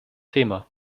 thema